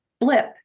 blip